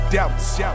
Doubts